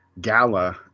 gala